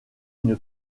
une